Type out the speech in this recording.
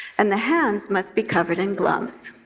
and the hands must be covered in gloves.